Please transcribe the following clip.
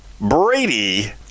Brady